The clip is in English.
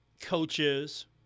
coaches